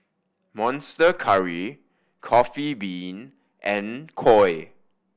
Monster Curry Coffee Bean and Koi